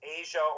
Asia